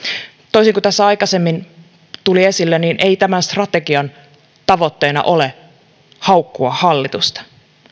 toisin kuin tässä aikaisemmin tuli esille tämän strategian tavoitteena ei ole haukkua hallitusta